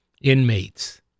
inmates